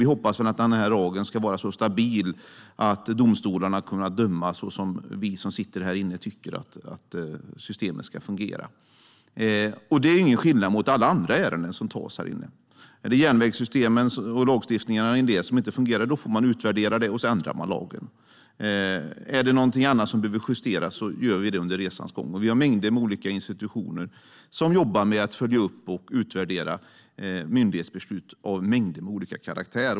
Vi hoppas att den här lagen ska vara så stabil att domstolarna kommer att döma så som vi som sitter här inne tycker att systemet ska fungera. Det är ingen skillnad mot alla andra ärenden som det tas beslut om här inne. Är det någonting i lagstiftningen gällande järnvägssystemet som inte fungerar får man utvärdera det och ändra lagen. Är det någonting annat som behöver justeras gör vi det under resans gång. Vi har mängder av olika institutioner som jobbar med att följa upp och utvärdera myndighetsbeslut av olika karaktär.